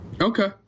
Okay